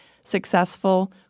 successful